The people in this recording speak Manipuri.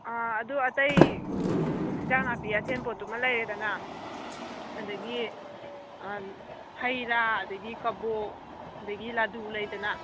ꯑꯥ ꯑꯗꯨ ꯑꯇꯩ ꯍꯦꯟꯖꯥꯡ ꯅꯥꯄꯤ ꯑꯊꯦꯟꯄꯣꯠꯇꯨꯃ ꯂꯩꯔꯦꯗꯅ ꯑꯗꯒꯤ ꯍꯩ ꯔꯥ ꯑꯗꯒꯤꯗꯤ ꯀꯕꯣꯛ ꯑꯗꯒꯤ ꯂꯗꯨ ꯂꯩꯗꯅ